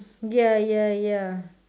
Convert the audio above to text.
ya ya ya